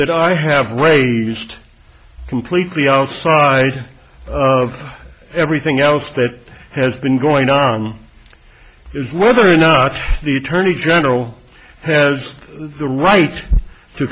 that i have raised completely outside of everything else that has been going on is whether or not the attorney general has the right to